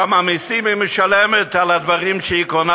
כמה מסים היא משלמת על הדברים שהיא קונה,